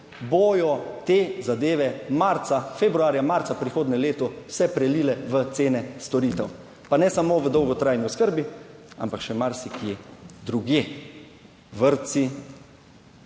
bodo te zadeve marca, februarja, marca prihodnje leto se prelile v cene storitev, pa ne samo v dolgotrajni oskrbi, ampak še marsikje drugje, vrtci,